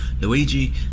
Luigi